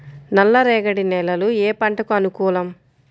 నల్ల రేగడి నేలలు ఏ పంటకు అనుకూలం?